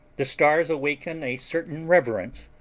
the stars awaken a certain reverence,